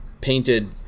painted